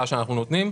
כאן